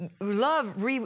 Love